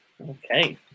Okay